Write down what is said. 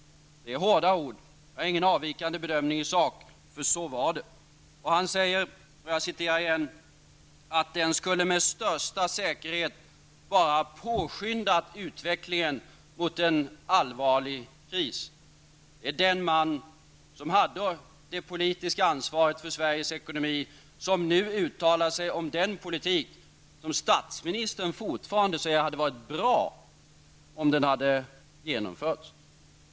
Det är hårda ord. Jag har ingen avvikande bedömning i sak. Så var det. Kjell-Olof Feldt säger att den politiken skulle med största säkerhet bara påskynda utvecklingen mot en allvarlig kris. Det är den man som hade det politiska ansvaret för Sveriges ekonomi som nu uttalar sig om den politik som statsministern fortfarande säger hade varit bra om den hade genomförts.